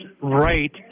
right